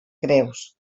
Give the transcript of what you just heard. greus